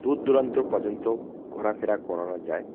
দূর দূরান্ত পর্যন্ত ঘোরাফেরা করানো যায়